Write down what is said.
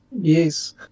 Yes